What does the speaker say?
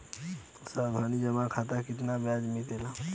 सावधि जमा खाता मे कितना ब्याज मिले ला?